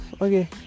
okay